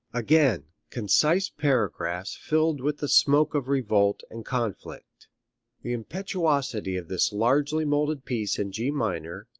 again, concise paragraphs filled with the smoke of revolt and conflict the impetuosity of this largely moulded piece in g minor,